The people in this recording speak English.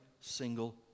single